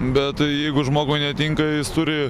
bet tai jeigu žmogui netinka jis turi